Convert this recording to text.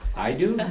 i do?